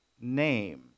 name